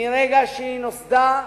מרגע שנוסדה,